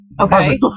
Okay